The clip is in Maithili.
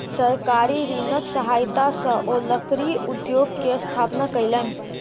सरकारी ऋणक सहायता सॅ ओ लकड़ी उद्योग के स्थापना कयलैन